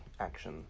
action